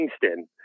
Kingston